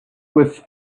with